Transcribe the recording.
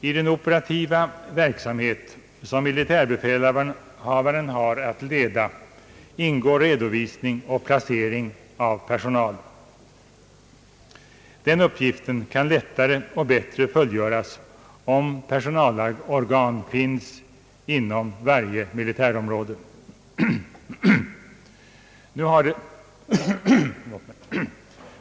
I den operativa verksamhet som militärbefälhavaren har att leda ingår redovisning och placering av personal. Den uppgiften kan lättare och bättre fullgöras om personalorgan finns inom varje militärområde.